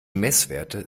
messwerte